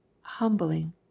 humbling